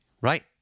Right